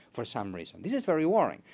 for some reason. this is very worrying,